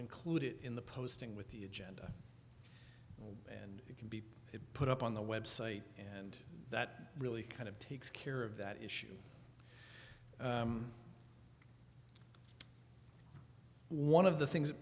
include it in the posting with the agenda and it can be put up on the website and that really kind of takes care of that issue one of the things that